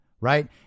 right